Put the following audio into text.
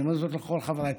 אני אומר זאת לכל חברי הכנסת.